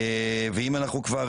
ואם אנחנו כבר